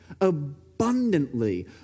abundantly